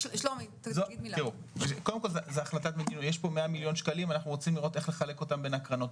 יש פה 100 מיליון שקלים ואנחנו רוצים לראות איך לחלק אותם בין הקרנות.